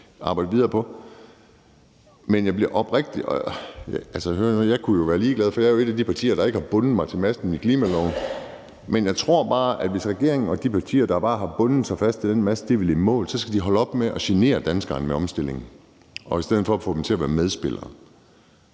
videre på. Hør nu her, jeg kunne jo være ligeglad, for jeg er i et af de partier, der ikke har bundet sig til masten i forhold til klimaloven, men jeg tror bare, at hvis regeringen og de partier, der bare har bundet sig fast til den mast, vil i mål, så skal de holde op med at genere danskerne med omstillingen og i stedet få dem til at være medspillere.